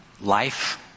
life